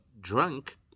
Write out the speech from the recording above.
drunk